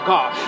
God